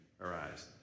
arise